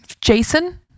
Jason